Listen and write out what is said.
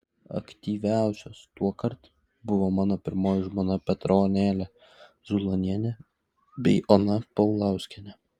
aktyviausios tuokart buvo mano pirmoji žmona petronėlė zulonienė bei ona paulauskienė